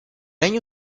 año